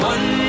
One